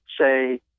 say